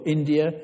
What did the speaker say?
India